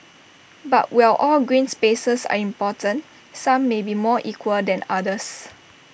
but while all green spaces are important some may be more equal than others